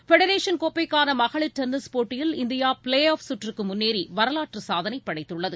federation கோப்பைக்கான மகளிர் tennis போட்டியில் இந்தியா ப்ளே ஆஃப் கற்றுக்கு முன்னேறி வரலாற்றுச் சாதனை படைத்துள்ளது